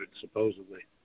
supposedly